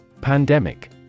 Pandemic